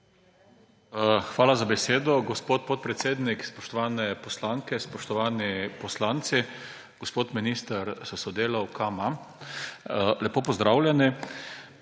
Hvala za besedo, gospod podpredsednik. Spoštovane poslanke, spoštovani poslanci, gospod minister s sodelavkama, lepo pozdravljeni!